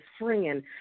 friend